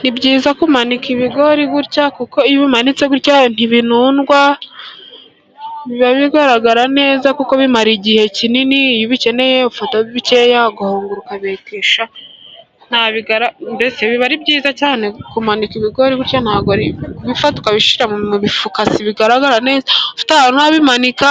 Ni byiza kumanika ibigori gutya kuko iyo umanitse gutya ntibinudwa, biba bigaragara neza kuko bimara igihe kinini, iyo ubikeneye ufataho bikeya ugahungura ukabetesha, biba ari byiza cyane kumanika ibigori gutya, kubifata ukabishyira mu mufuka ntibigaragara neza, ufite ahantu urabimanika